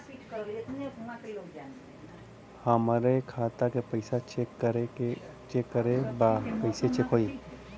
हमरे खाता के पैसा चेक करें बा कैसे चेक होई?